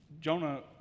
Jonah